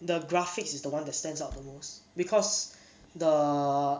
the graphics is the [one] that stands out the most because the